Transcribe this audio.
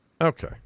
Okay